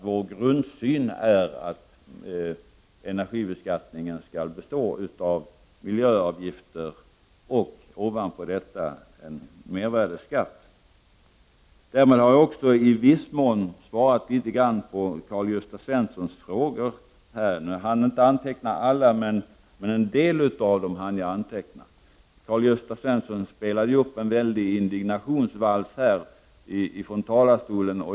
Vår grundsyn är nämligen att energibeskattningen skall bestå av miljöavgifter och ovanpå detta en mervärdeskatt. Därmed har jag också i viss mån svarat litet grand på Karl-Gösta Svensons frågor. Karl-Gösta Svenson spelade upp en väldig indignationsvals från talarstolen.